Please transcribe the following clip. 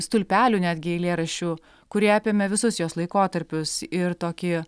stulpelių netgi eilėraščių kurie apėmė visus jos laikotarpius ir tokį